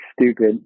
stupid